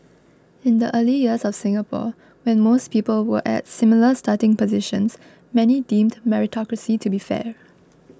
in the early years of Singapore when most people were at similar starting positions many deemed meritocracy to be fair